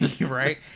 Right